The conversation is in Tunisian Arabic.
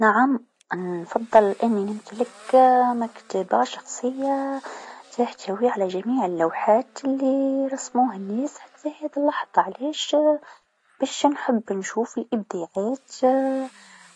نعم نفضل أني نمتلك مكتبه شخصيه تحتوي على جميع اللوحات لرسموها الناس حتى هذي اللحظه علاش باش نحب نشوف الإبداعات